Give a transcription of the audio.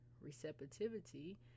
Receptivity